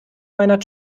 meiner